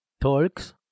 talks